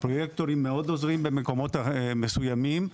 הפרויקטורים מאוד עוזרים במקומות מסוימים,